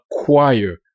acquire